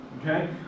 okay